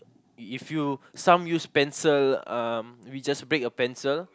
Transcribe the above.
if you some use pencil um we just break a pencil